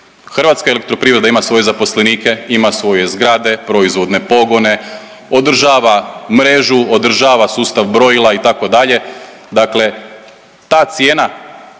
Hrvatska elektroprivreda ima svoje zaposlenike, ima svoje zgrade, proizvodne pogone, održava mrežu, održava sustav brojila itd. Dakle, ta cijena